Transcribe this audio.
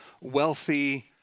wealthy